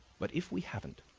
but if we haven't,